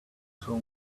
until